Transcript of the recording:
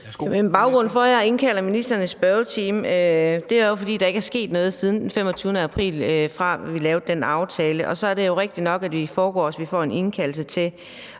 Baggrunden for, at jeg har indkaldt ministeren i spørgetiden, er jo, at der ikke er sket noget siden den 25. april, da vi lavede den aftale. Og så er det jo rigtigt nok, at vi i forgårs fik en indkaldelse til